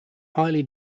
highly